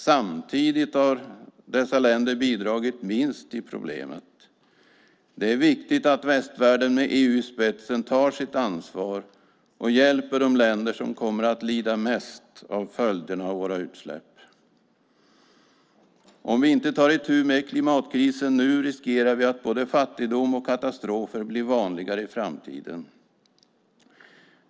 Samtidigt har dessa länder bidragit minst till problemet. Det är viktigt att västvärlden med EU i spetsen tar sitt ansvar och hjälper de länder som kommer att lida mest av följderna av våra utsläpp. Om vi inte tar itu med klimatkrisen nu riskerar vi att både fattigdom och katastrofer blir vanligare i framtiden.